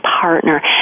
partner